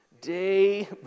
day